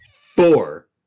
four